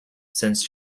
since